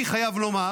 אני חייב לומר